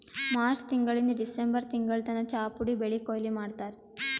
March ತಿಂಗಳಿಂದ್ December ತಿಂಗಳ್ ತನ ಚಾಪುಡಿ ಬೆಳಿ ಕೊಯ್ಲಿ ಮಾಡ್ತಾರ್